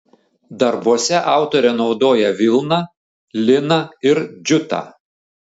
darbuose autorė naudoja vilną liną ir džiutą